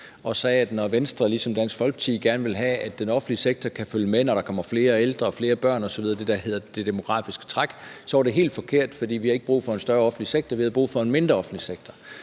Hun sagde, at når Venstre ligesom Dansk Folkeparti gerne vil have, at den offentlige sektor kan følge med, når der kommer flere ældre og flere børn osv. – det, der hedder det demografiske træk – er det helt forkert, fordi vi ikke har brug for en større offentlig sektor, men vi har brug for en mindre offentlig sektor.